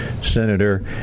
Senator